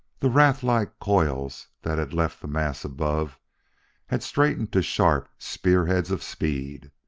the wraith-like coils that had left the mass above had straightened to sharp spear-heads of speed.